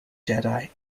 jedi